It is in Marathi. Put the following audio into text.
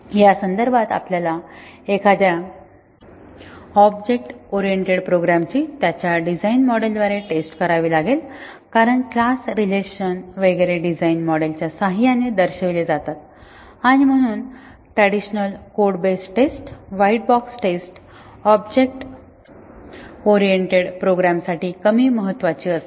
या संदर्भात आपल्याला एखाद्या ऑब्जेक्ट ओरिएंटेड प्रोग्रॅमची त्याच्या डिझाइन मॉडेलद्वारे टेस्ट करावी लागेल कारण क्लास रिलेशन वगैरे डिझाईन मॉडेलच्या सहाय्याने दर्शविले जातात आणि म्हणून traditional code based test white box test object oriented प्रोग्रामसाठी कमी महत्त्वाची असते